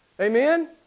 Amen